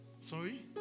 Sorry